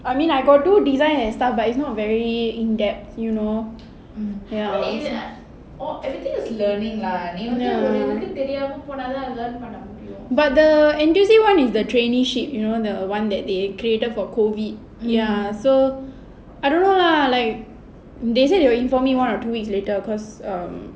I mean I got do design and stuff but it's not very in-depth you know ya ya but the N_T_U_C one is the traineeship you know the [one] that they cater for COVID ya so I don't know lah like they said they will inform me one or two weeks later because um